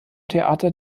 theater